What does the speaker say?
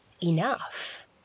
enough